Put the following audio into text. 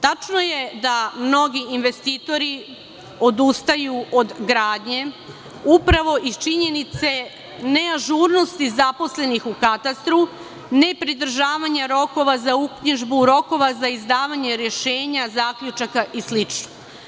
Tačno je da mnogi investitori odustaju od gradnje upravo iz činjenice neažurnosti zaposlenih u katastru, nepridržavanja rokova za uknjižbu rokova za izdavanje rešenja zaključaka i slično.